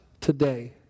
today